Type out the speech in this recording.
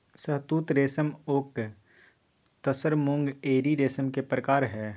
शहतुत रेशम ओक तसर मूंगा एरी रेशम के परकार हई